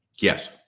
Yes